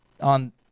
on